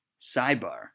Sidebar